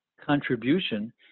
contribution